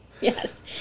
Yes